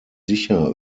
sicher